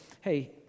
hey